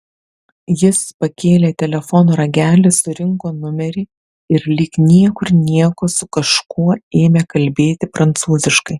jis pakėlė telefono ragelį surinko numerį ir lyg niekur nieko su kažkuo ėmė kalbėti prancūziškai